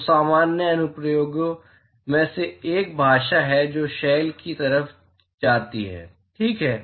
तो सामान्य अनुप्रयोगों में से एक भाप है जो शेल की तरफ जाती है ठीक है